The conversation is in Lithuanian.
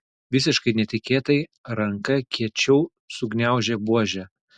visiškai netikėtai ranka kiečiau sugniaužė buožę